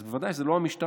אז בוודאי שזה לא המשטרה,